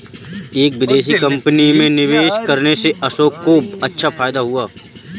एक विदेशी कंपनी में निवेश करने से अशोक को अच्छा फायदा हुआ